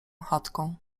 chatką